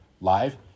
live